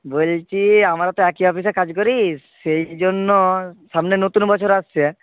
বলছি আমরা তো একই অফিসে কাজ করি সেই জন্য সামনে নতুন বছর আসছে